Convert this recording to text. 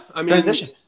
Transition